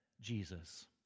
Jesus